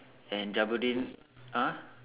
and Jabudeen !huh!